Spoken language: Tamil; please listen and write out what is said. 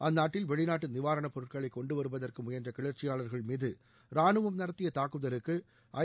அந்நாட்டில் வெளிநாட்டு நிவாரணப்பொருட்களை கொண்டுவருவதற்கு முயன்ற கிளர்ச்சியாளர்கள் மீது ரானுவம் நடத்திய தாக்குதலுக்கு ஐ